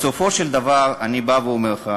בסופו של דבר אני בא ואומר לך,